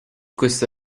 questo